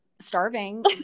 starving